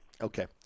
Okay